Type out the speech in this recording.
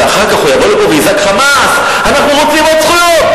ואחר כך הוא יבוא לפה ויזעק חמס: אנחנו רוצים עוד זכויות,